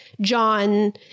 John